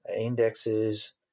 indexes